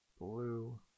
Blue